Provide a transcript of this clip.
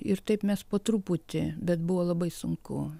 ir taip mes po truputį bet buvo labai sunku